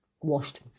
washed